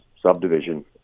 subdivision